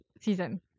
season